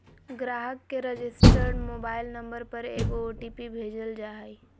ग्राहक के registered mobile number पर एगो ओ.टी.पी भेजल जा हइ